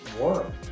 work